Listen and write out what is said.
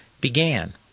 began